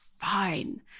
fine